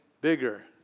bigger